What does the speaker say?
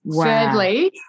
Thirdly